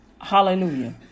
Hallelujah